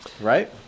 Right